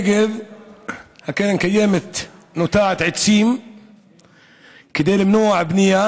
הקרן הקיימת נוטעת עצים כדי למנוע בנייה